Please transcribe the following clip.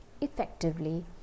effectively